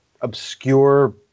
obscure